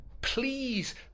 Please